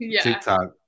TikTok